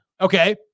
okay